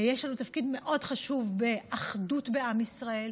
יש לנו תפקיד מאוד חשוב באחדות בעם ישראל,